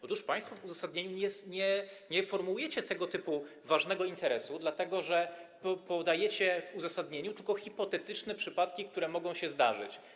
Otóż państwo w uzasadnieniu nie formułujecie tego typu ważnego interesu, dlatego że podajecie w uzasadnieniu tylko hipotetyczne przypadki, które mogą się zdarzyć.